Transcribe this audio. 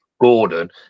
Gordon